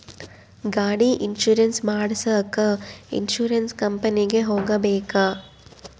ಗಾಡಿ ಇನ್ಸುರೆನ್ಸ್ ಮಾಡಸಾಕ ಇನ್ಸುರೆನ್ಸ್ ಕಂಪನಿಗೆ ಹೋಗಬೇಕಾ?